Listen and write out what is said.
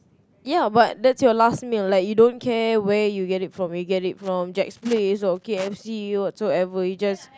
ya but that's your last meal like you don't care where you get it from you get it from Jack's Place or k_f_c whatsoever you just